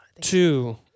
two